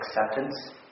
acceptance